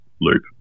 loop